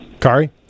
Kari